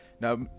now